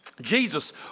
Jesus